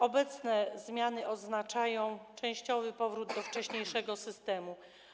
Obecne zmiany oznaczają częściowy powrót do wcześniejszego systemu.